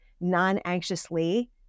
non-anxiously